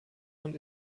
von